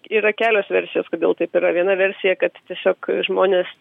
yra kelios versijos kodėl taip yra viena versija kad tiesiog žmonės